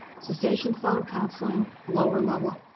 cessation phone counseling lower level.